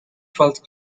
twelfth